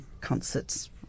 concerts